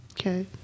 Okay